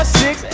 six